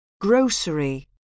Grocery